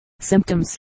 symptoms